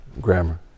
grammar